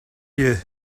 you